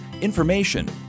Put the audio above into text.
information